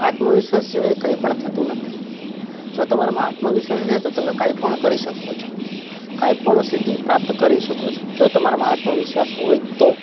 આત્મવિશ્વાસ સિવાય કંઈપણ થતું નથી જો તમારામાં આત્મવિશ્વાસ નહીં હોય તો તમે કંઈપણ કરી શકો છો કંઈપણ સિદ્ધિ પ્રાપ્ત કરી શકો છો જો તમારામાં આત્મવિશ્વાસ હોય તો